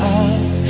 up